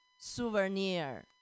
souvenir